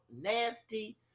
nasty